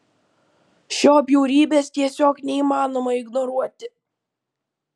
šio bjaurybės tiesiog neįmanoma ignoruoti